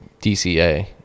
DCA